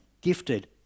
gifted